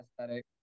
aesthetic